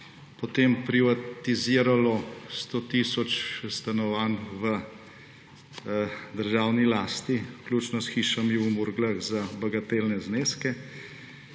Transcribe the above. potem privatiziralo 100 tisoč stanovanj v državni lasti, vključno s hišami v Murglah za bagatelne zneske;